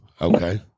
Okay